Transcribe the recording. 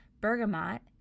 bergamot